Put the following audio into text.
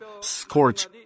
scorch